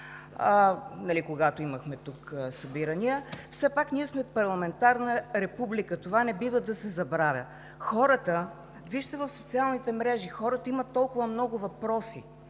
когато имахме тук събирания. Все пак ние сме парламентарна република – това не бива да се забравя. Вижте в социалните мрежи – хората имат толкова много въпроси.